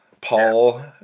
Paul